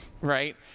right